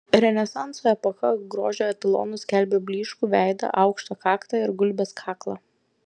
renesanso epocha grožio etalonu skelbė blyškų veidą aukštą kaktą ir gulbės kaklą